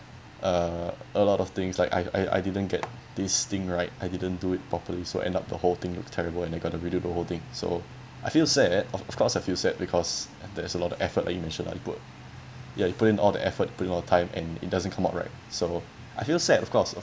uh a lot of things like I I I didn't get this thing right I didn't do it properly so end up the whole thing looked terrible and I've got to redo the whole thing so I feel sad of of course I feel sad because there's a lot of effort I mention that I put ya you put in all the effort put in all the time and it doesn't come out right so I feel sad of course